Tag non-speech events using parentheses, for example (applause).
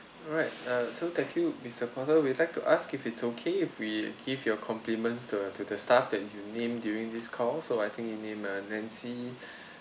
alright uh so thank you mister porter we'd like to ask if it's okay if we give your compliments to uh to the staff that you named during this call so I think you named uh nancy (breath)